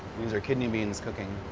these are kidney beans cooking.